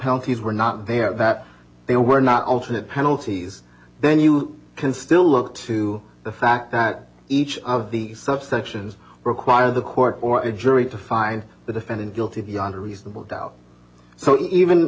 penalties were not there that they were not alternate penalties then you can still look to the fact that each of the subsections require the court or a jury to find the defendant guilty beyond a reasonable doubt so even